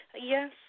Yes